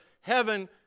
heaven